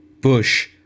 bush